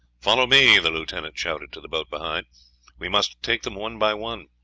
follow me, the lieutenant shouted to the boat behind we must take them one by one.